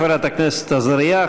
תודה, חברת הכנסת עזריה.